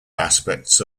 aspects